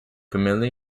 camille